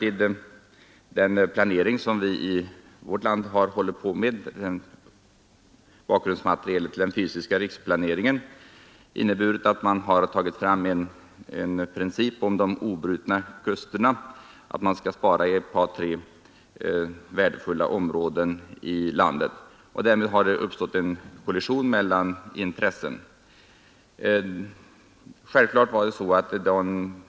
I den planeringsverksamhet som har bedrivits för inhämtande av bakgrundsmaterialet till den fysiska riksplaneringen har man emellertid lanserat principen om de obrutna kusterna, innebärande att ett par tre värdefulla områden i landet skall bevaras från exploatering, och därmed har det uppstått en intressekollision beträffande den aktuella kuststräckan.